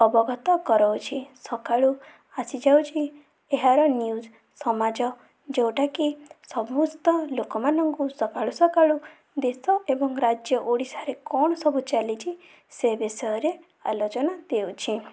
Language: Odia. ଅବଗତ କରଉଛି ସକାଳୁ ଆସିଯାଉଛି ଏହାର ନ୍ୟୁଜ୍ ସମାଜ ଯୋଉଟା କି ସମସ୍ତ ଲୋକମାନଙ୍କୁ ସକାଳୁ ସକାଳୁ ଦେଶ ଏବଂ ରାଜ୍ୟ ଓଡ଼ିଶାରେ କଣ ସବୁ ଚାଲିଛି ସେ ବିଷୟରେ ଆଲୋଚନା ଦେଉଛି